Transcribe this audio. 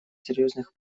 серьезных